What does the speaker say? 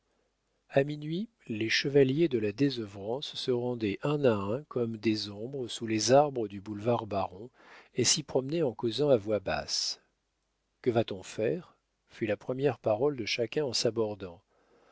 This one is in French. a minuit les chevaliers de la désœuvrance se rendaient un à un comme des ombres sous les arbres du boulevard baron et s'y promenaient en causant à voix basse que va-t-on faire fut la première parole de chacun en s'abordant